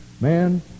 Man